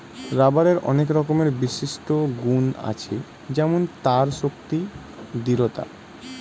রাবারের অনেক রকমের বিশিষ্ট গুন্ আছে যেমন তার শক্তি, দৃঢ়তা